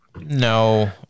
No